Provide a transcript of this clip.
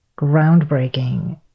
groundbreaking